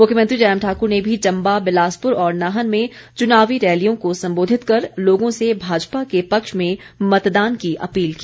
मुख्यमंत्री जयराम ठाक्र ने भी चम्बा बिलासपुर और नाहन में चुनावी रैलियों को संबोधित कर लोगों से भाजपा के पक्ष में मतदान की अपील की